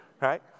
right